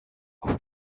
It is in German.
auf